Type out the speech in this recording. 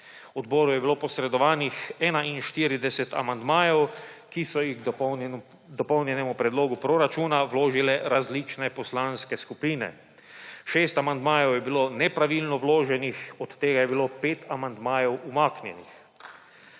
Odboru je bilo posredovanih 41 amandmajev, ki so jih k dopolnjenemu predlogu proračuna vložile različne poslanske skupine. 6 amandmajev je bilo nepravilno vloženih, od tega je bilo 5 amandmajev umaknjenih.